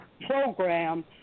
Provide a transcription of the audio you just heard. program